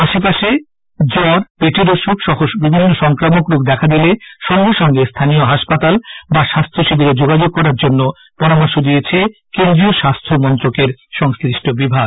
আশেপাশে জ্বর পেটের অসুখ সহ বিভিন্ন সংক্রামক রোগ দেখা দিলে সঙ্গে সঙ্গে স্হানীয় হাসপাতাল বা স্বাস্থ্য শিবিরে যোগাযোগ করার জন্য পরামর্শ দিয়েছে কেন্দ্রীয় স্বাস্হ্যমন্ত্রকের সংশ্লিষ্ট বিভাগ